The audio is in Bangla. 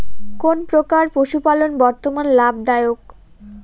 কোন প্রকার পশুপালন বর্তমান লাভ দায়ক?